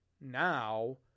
now